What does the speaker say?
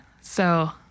So-